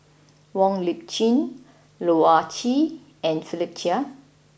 Wong Lip Chin Loh Ah Chee and Philip Chia